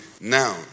Now